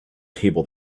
table